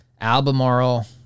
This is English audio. Albemarle